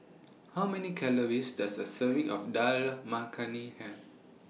How Many Calories Does A Serving of Dal Makhani Have